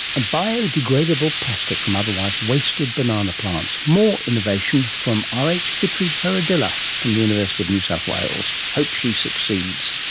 a biodegradable plastic from otherwise wasted banana plants. more innovation from ah rh fitri faradilla from the university of new south wales. hope she succeeds.